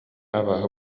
абааһы